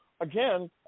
again –